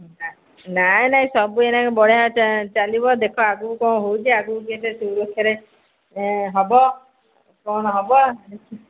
ନା ନାଇଁ ନାଇଁ ସବୁ ଏଇନାକ ବଢ଼ିଆ ଚାଲିବ ଦେଖ ଆଗକୁ କ'ଣ ହେବ ଆଗକୁ କେତେ ସୁରକ୍ଷା ହେବ କ'ଣ ହେବ